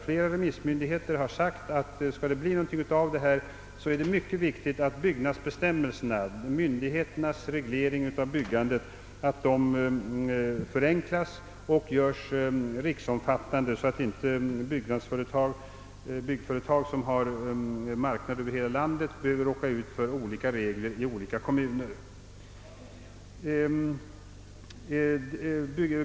Flera remissmyndigheter har sagt, att skall det bli någonting av det hela, är det mycket viktigt att myndigheternas reglering av byggandet, byggnadsbestämmelserna, förenklas och görs riksomfattande, så att inte byggföretag, som har marknad över hela landet, behöver råka ut för olika regler i olika kommuner.